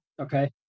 okay